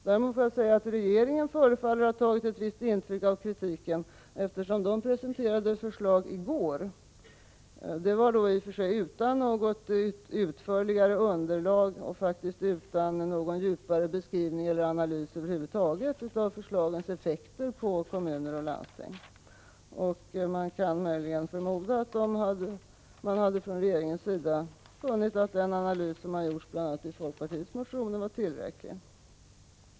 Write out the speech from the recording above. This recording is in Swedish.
Däremot får jag säga att regeringen förefaller ha tagit ett visst intryck av kritiken, eftersom den presenterade förslag i går, i och för sig utan något utförligare underlag och faktiskt utan någon djupare beskrivning eller analys över huvud taget av förslagens effekter på kommuner och landsting. Man kan möjligen förmoda att regeringen hade funnit att den analys som gjorts, bl.a. i folkpartiets motioner, var tillräcklig.